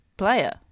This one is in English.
player